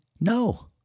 No